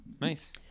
Nice